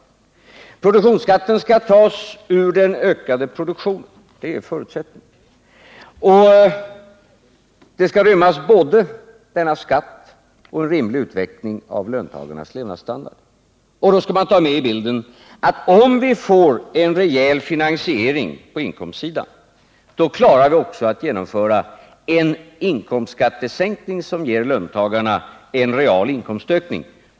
Det är förutsatt att produktionsskatten skall tas ur den ökade produktionen, och det skall finnas utrymme både för denna skatt och för en rimlig utveckling av löntagarnas levnadsstandard. Då skall man ta med i bilden att med en rejäl finansiering på inkomstsidan kan också en inkomstskattesänkning genomföras, som ger löntagarna en real inkomstökning.